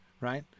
Right